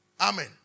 Amen